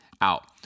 out